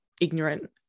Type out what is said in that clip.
ignorant